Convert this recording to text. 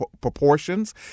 proportions